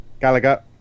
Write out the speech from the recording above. Gallagher